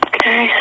Okay